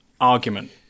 argument